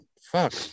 fuck